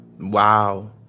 Wow